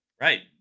Right